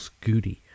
scooty